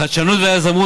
החדשנות והיזמות.